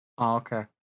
Okay